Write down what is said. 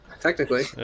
technically